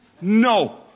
No